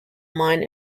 mine